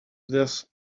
this